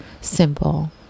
simple